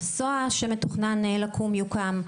המסוע שמתוכנן לקום יוקם,